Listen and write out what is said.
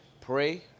pray